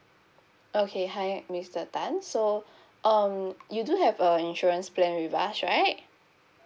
okay hi mister tan so um you do have a insurance plan with us right